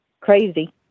crazy